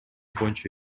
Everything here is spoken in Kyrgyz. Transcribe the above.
боюнча